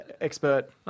expert